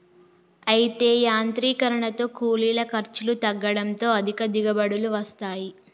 అయితే యాంత్రీకరనతో కూలీల ఖర్చులు తగ్గడంతో అధిక దిగుబడులు వస్తాయి